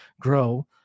grow